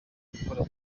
gukora